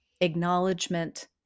acknowledgement